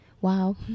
wow